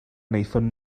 wnaethon